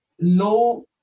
low